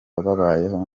babayeho